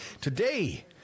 Today